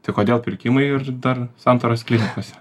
tai kodėl pirkimai ir dar santaros klinikose